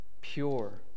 pure